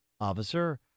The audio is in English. officer